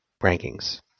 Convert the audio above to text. rankings